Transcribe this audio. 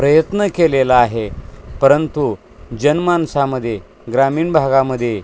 प्रयत्न केलेला आहे परंतु जनमानसामध्ये ग्रामीण भागामध्ये